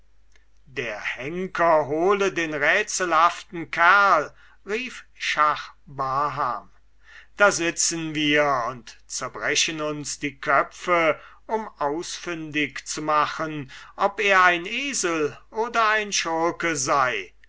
der henker hole den rätselhaften kerl rief schah baham da sitzen wir und zerbrechen uns die köpfe um ausfindig zu machen ob er ein esel oder ein schurke sei